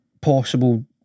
Possible